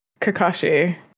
Kakashi